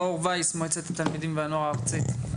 מאור וייס, מועצת התלמידים והנוער הארצית.